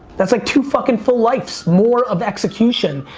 that's like two fucking full lifes more of execution.